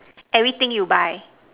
everything you buy